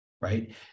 right